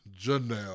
Janelle